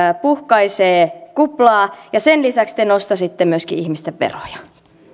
puhkaisee kuplaa ja sen lisäksi te nostaisitte myöskin ihmisten veroja ja